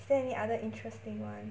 is there any other interesting [one]